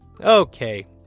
Okay